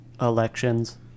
elections